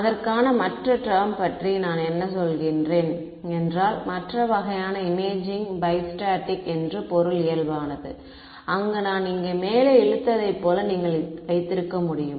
அதற்கான மற்ற டெர்ம் பற்றி நான் என்ன சொல்கின்றேன் என்றால் மற்ற வகையான இமேஜிங் பை ஸ்டேட்டிக் என்ற பொருள் இயல்பானது அங்கு நான் இங்கு மேலே இழுத்ததைப் போல நீங்கள் வைத்திருக்க முடியும்